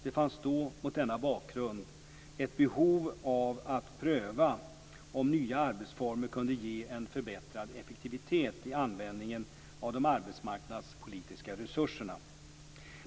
Det fanns då mot denna bakgrund ett behov att pröva om nya arbetsformer kunde ge en förbättrad effektivitet i användningen av de arbetsmarknadspolitiska resurserna.